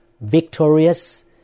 victorious